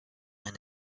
and